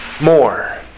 more